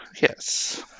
Yes